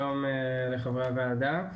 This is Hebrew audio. שלום לחברי הוועדה,